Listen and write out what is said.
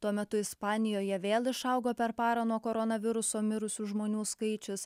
tuo metu ispanijoje vėl išaugo per parą nuo koronaviruso mirusių žmonių skaičius